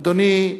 אדוני,